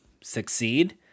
succeed